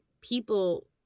people